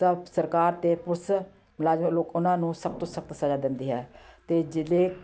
ਤਾਂ ਸਰਕਾਰ ਅਤੇ ਪੁਲਿਸ ਮੁਲਾਜ਼ਮ ਲੋਕ ਉਹਨਾਂ ਨੂੰ ਸਖ਼ਤ ਤੋਂ ਸਖ਼ਤ ਸਜ਼ਾ ਦਿੰਦੀ ਹੈ ਅਤੇ ਜਿਹੜੇ